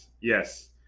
yes